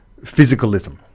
physicalism